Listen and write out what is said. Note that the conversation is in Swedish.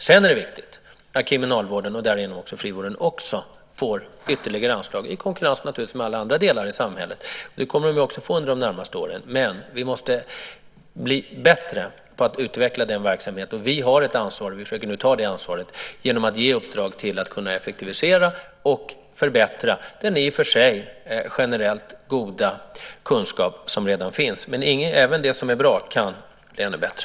Sedan är det viktigt att kriminalvården och därigenom frivården också får ytterligare anslag, naturligtvis i konkurrens med alla andra delar i samhället. Det kommer man också att få under de närmaste åren, men vi måste bli bättre på att utveckla verksamheten. Vi har ett ansvar och försöker nu ta det ansvaret genom att ge uppdrag så att man kan effektivisera och förbättra den i och för sig generellt sett goda kunskap som redan finns. Men även det som är bra kan bli ännu bättre.